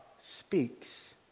speaks